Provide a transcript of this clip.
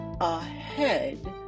ahead